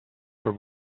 for